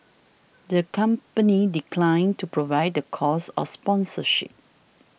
the company declined to provide the cost of sponsorship